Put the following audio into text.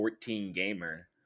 14-gamer